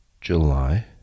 July